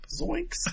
Zoinks